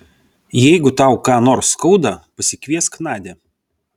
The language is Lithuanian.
jeigu tau ką nors skauda pasikviesk nadią